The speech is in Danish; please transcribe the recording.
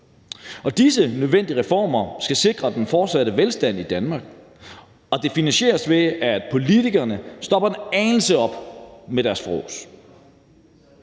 Disse nødvendige reformer skal sikre den fortsatte velstand i Danmark, og det finansieres, ved at politikerne stopper en anelse op med deres frås.